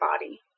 body